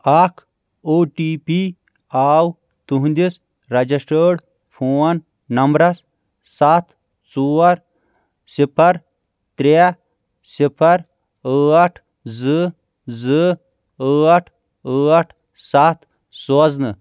اَکھ O T P آو تُہنٛدِس رَجسٹرڈ فون نَمبرَس سَتھ ژور صِفر ترٚے صِفر أٹھ زٕ زٕ أٹھ أٹھ سَتھ سوزنہٕ